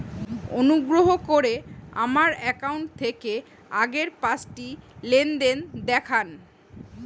অনুগ্রহ করে আমার অ্যাকাউন্ট থেকে আগের পাঁচটি লেনদেন দেখান